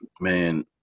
man